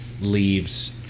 leaves